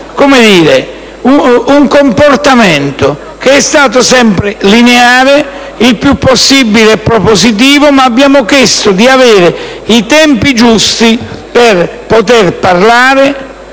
in passato un comportamento che è stato sempre lineare, il più possibile propositivo, ma abbiamo chiesto di avere i tempi giusti per poter parlare,